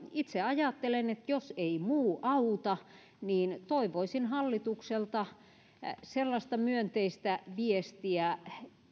itse ajattelen että jos ei muu auta niin toivoisin hallitukselta sellaista myönteistä viestiä